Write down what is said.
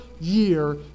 year